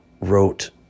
wrote